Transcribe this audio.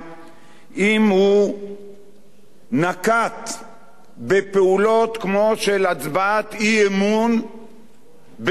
אם הוא נקט פעולות כמו הצבעת אי-אמון בתמורה,